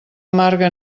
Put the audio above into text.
amarga